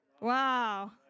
Wow